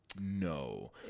No